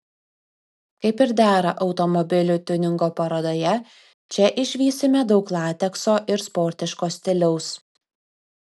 kaip ir dera automobilių tiuningo parodoje čia išvysime daug latekso ir sportiško stiliaus